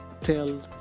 tell